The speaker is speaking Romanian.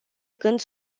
când